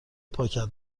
پاکت